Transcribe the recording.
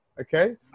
Okay